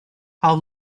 how